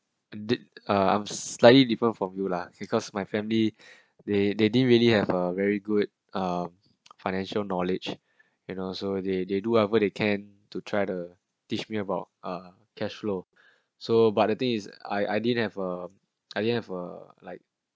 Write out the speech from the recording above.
did slightly different from you lah because my family they they didn't really have a very good uh financial knowledge you know so they they do whatever they can to try to teach me about a casserole so but the thing is I I didn't have a I didn't have a like